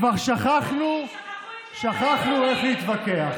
כבר שכחנו איך להתווכח.